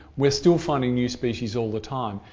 we're still finding new species all the time.